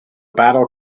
battle